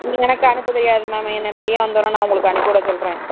ம் எனக்கு அனுப்ப தெரியாது மேம் என் பையன் வந்தவொன்னே நான் உங்களுக்கு அனுப்பிவிட சொல்கிறேன்